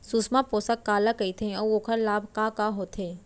सुषमा पोसक काला कइथे अऊ ओखर लाभ का का होथे?